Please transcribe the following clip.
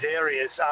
areas